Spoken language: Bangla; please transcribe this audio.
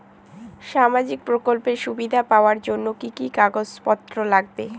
সামাজিক প্রকল্পের সুবিধা পাওয়ার জন্য কি কি কাগজ পত্র লাগবে?